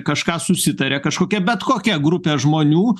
kažką susitaria kažkokia bet kokia grupė žmonių